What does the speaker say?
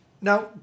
now